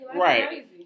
Right